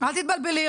אל תתבלבלי,